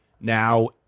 now